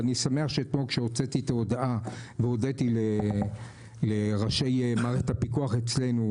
ואני שמח שכשהוצאתי את ההודעה והודיתי לראשי מערכת הפיקוח אצלנו,